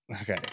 okay